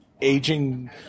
aging